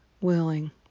willing